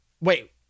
wait